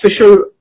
official